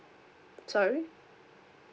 sorry